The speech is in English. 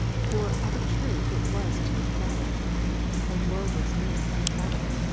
for of a truth it was too foul and woe was me, who had it.